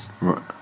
Right